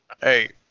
Hey